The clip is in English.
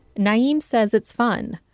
naim says it's fun.